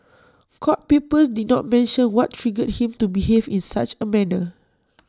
court papers did not mention what triggered him to behave in such A manner